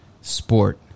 sport